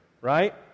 Right